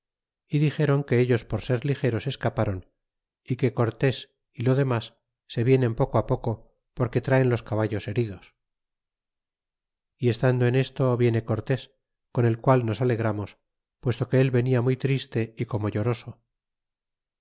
y dixeron que ellos por ser ligeros escapron e que cortes y lo demas se vienen poco poco porque traen los caballos heridos y estando en esto viene cortés con el qual nos alegramos puesto que el venia muy triste y como lloroso